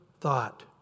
thought